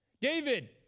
David